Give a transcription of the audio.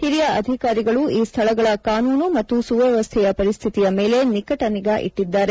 ಹಿರಿಯ ಅಧಿಕಾರಿಗಳು ಈ ಸ್ಥಳಗಳ ಕಾನೂನು ಮತ್ತು ಸುವ್ಯವಸ್ದೆಯ ಪರಿಸ್ಡಿತಿಯ ಮೇಲೆ ನಿಕಟ ನಿಗಾ ಇಟ್ವಿದ್ದಾರೆ